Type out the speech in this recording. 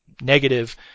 negative